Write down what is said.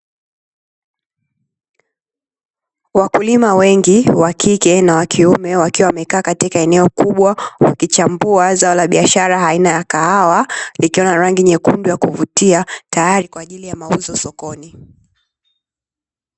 Wakulima wengi wakike na wakiume wakiwa wamekaa katika eneo kubwa wakichambua zao la biashara aina ya kahawa, likiwa na rangi nyekundu ya kuvutia tayari kwa ajili ya mauzo sokoni.